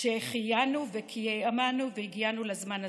שהחיינו וקיימנו והגיענו לזמן הזה.